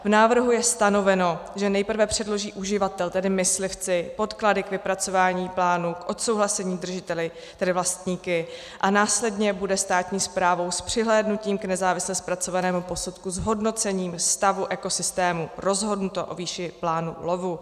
V návrhu je stanoveno, že nejprve předloží uživatel, tedy myslivci, podklady k vypracování plánů k odsouhlasení držiteli, tedy vlastníky, a následně bude státní správou s přihlédnutím k nezávisle zpracovanému posudku s hodnocením stavu ekosystému rozhodnuto o výši plánu lovu.